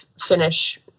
finish